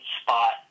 spot